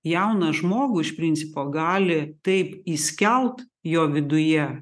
jauną žmogų iš principo gali taip įskelt jo viduje